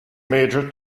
major